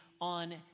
on